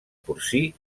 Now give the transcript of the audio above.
porcí